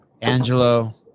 Angelo